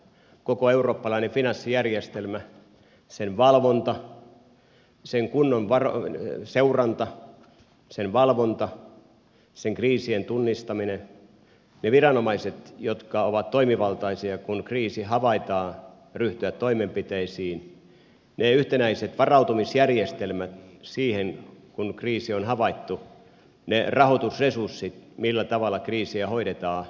koko eurooppalainen finanssijärjestelmä sen valvonta sen kunnon seuranta sen kriisien tunnistaminen ne viranomaiset jotka ovat toimivaltaisia kun kriisi havaitaan ryhtyvät toimenpiteisiin ne yhtenäiset varautumisjärjestelmät siihen kun kriisi on havaittu ne rahoitusresurssit millä tavalla kriisiä hoidetaan